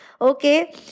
Okay